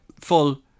Full